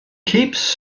keeps